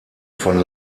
von